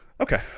Okay